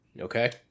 Okay